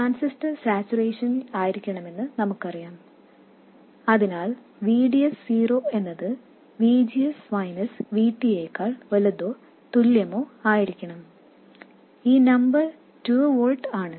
transistor സാച്ചുറേഷനിലായിരിക്കണമെന്ന് നമുക്കറിയാം അതിനാൽ VDS0 എന്നത് VGS മൈനസ് VT യേക്കാൾ വലുതോ തുല്യമോ ആയിരിക്കണം ഇത് 2 വോൾട്ട് ആണ്